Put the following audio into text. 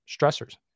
stressors